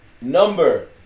Number